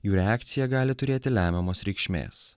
jų reakcija gali turėti lemiamos reikšmės